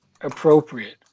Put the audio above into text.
appropriate